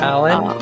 Alan